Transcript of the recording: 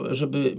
żeby